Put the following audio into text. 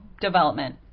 development